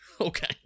Okay